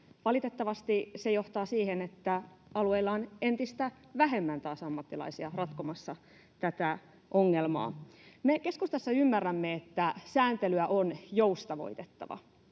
Valitettavasti se johtaa siihen, että alueilla on entistä vähemmän taas ammattilaisia ratkomassa tätä ongelmaa. Me keskustassa ymmärrämme, että sääntelyä on joustavoitettava,